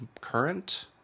current